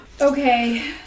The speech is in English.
Okay